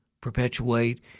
perpetuate